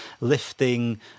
lifting